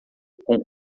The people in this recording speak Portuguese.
com